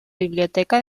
biblioteca